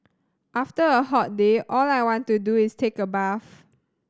after a hot day all I want to do is take a bath